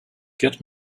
get